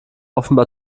offenbar